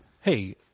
Hey